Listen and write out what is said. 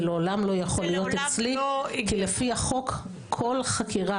זה לעולם לא יכול להיות אצלי כי לפי החוק כל חקירה